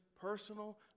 personal